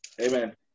Amen